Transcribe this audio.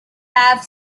have